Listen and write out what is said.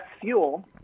fuel